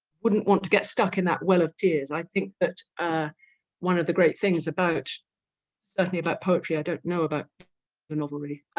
wouldn't want to get stuck in that well of tears i think that one of the great things about certainly about poetry i don't know about the novelty,